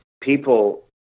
people